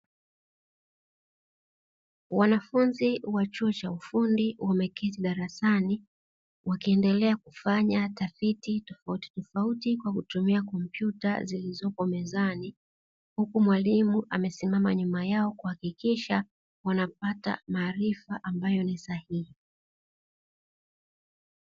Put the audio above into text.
Wanafunzi wa chuo cha ufundi wameketi darasani, wakiendelea kufanya tafiti tofauti tofauti kwa kutumia kompyuta zilizopo mezani, huku mwalimu amesimama nyuma yao kuhakikisha wanapata maarifa ambayo ni sahihi.